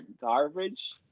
garbage